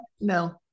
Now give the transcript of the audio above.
no